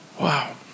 Wow